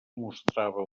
mostrava